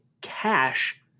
cash